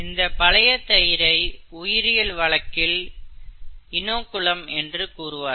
இந்தப் பழைய தயிரை உயிரியல் வழக்கில் இநோகுலம் என்று கூறுவார்கள்